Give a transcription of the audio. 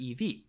EV